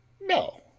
No